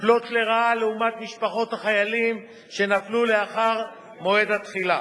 מופלות לרעה לעומת משפחות החיילים שנפלו לאחר מועד התחילה.